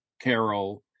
Carol